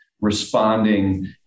responding